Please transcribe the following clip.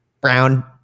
Brown